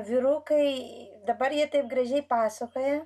vyrukai dabar jie taip gražiai pasakoja